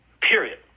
period